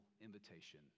invitation